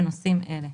בנושאים אלה: